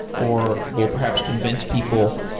or will perhaps convince people,